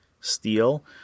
steel